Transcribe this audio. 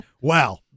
wow